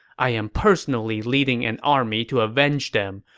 i am personally leading an army to avenge them,